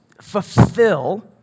fulfill